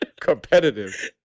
Competitive